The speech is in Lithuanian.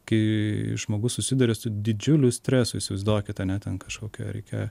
kai žmogus susiduria su didžiuliu stresu įsivaizduokit ar ne ten kažkokio reikia